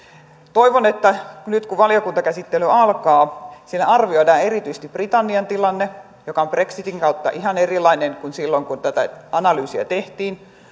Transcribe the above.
toivon että nyt kun valiokuntakäsittely alkaa siellä arvioidaan erityisesti britannian tilanne joka on brexitin kautta ihan erilainen kuin silloin kun tätä analyysia tehtiin